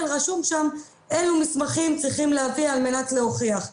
רשום שם אילו מסמכים צריכים להביא על מנת להוכיח.